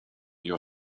your